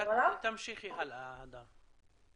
תמשיכי הלאה, הדר.